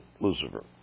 Lucifer